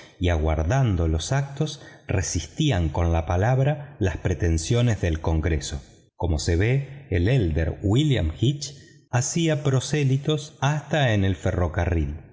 y aguardando los actos resistían con la palabra las pretensiones del congreso como se ve el hermano mayor william hitch hacía prosélitos hasta en el ferrocarril